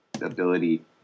ability